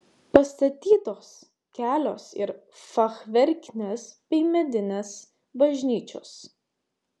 pastatytos kelios ir fachverkinės bei medinės bažnyčios